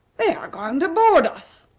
they are going to board us,